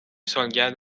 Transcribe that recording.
سالگرد